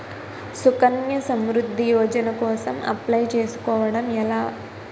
సుకన్య సమృద్ధి యోజన కోసం అప్లయ్ చేసుకోవడం ఎలా?